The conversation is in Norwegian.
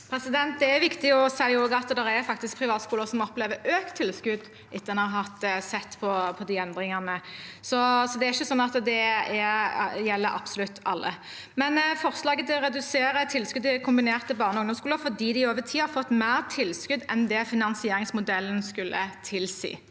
Det er vik- tig å si at det faktisk også er privatskoler som opplever økt tilskudd etter å ha sett på endringene, så det er ikke sånn at dette gjelder absolutt alle. Forslaget er å redusere tilskuddet til kombinerte barne- og ungdomsskoler fordi de over tid har fått mer tilskudd enn finansieringsmodellen skulle tilsi.